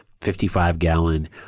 55-gallon